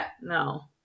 no